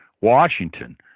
Washington